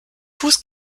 fuß